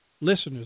listeners